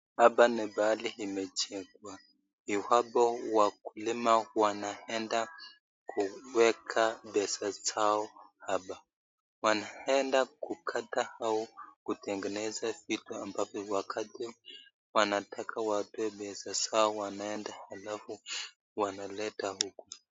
Hapa ni mahali imejengwa juu hapo wakulima wanaenda kuweka pesa zao hapa, wanaenda kukata au kutengeneza vitu ambapo wakati wanataka wapewe pesa zao wanaenda alafu wanaleta huku.